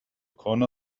corner